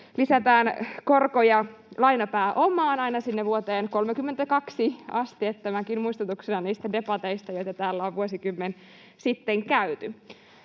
lisätään korkoja lainapääomaan aina sinne vuoteen 32 asti. Tämäkin muistutuksena niistä debateista, joita täällä on vuosikymmen sitten käyty.